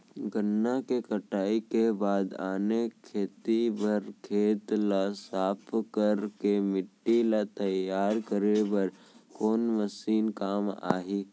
गन्ना के कटाई के बाद आने खेती बर खेत ला साफ कर के माटी ला तैयार करे बर कोन मशीन काम आही?